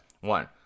One